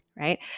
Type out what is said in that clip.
right